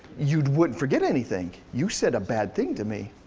you wouldn't forget anything. you said a bad thing to me.